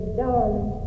darling